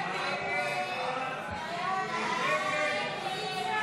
הסתייגות 1 לחלופין ד לא